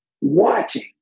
watching